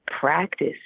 practice